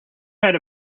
had